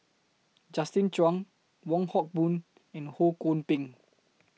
Justin Zhuang Wong Hock Boon and Ho Kwon Ping